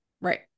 Right